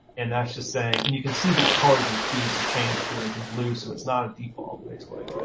and that's just saying and you can see the colors and keys have changed here, into blue, so it's not a default basically,